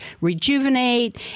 rejuvenate